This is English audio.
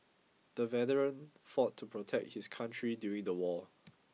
the veteran fought to protect his country during the war